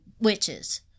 witches